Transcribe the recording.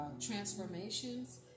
transformations